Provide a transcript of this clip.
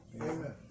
Amen